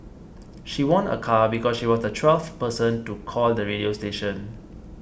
she won a car because she was the twelfth person to call the radio station